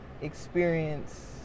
experience